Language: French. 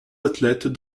athlètes